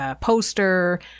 poster